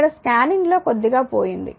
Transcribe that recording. ఇక్కడ స్కానింగ్ లో కొద్దిగా పోయింది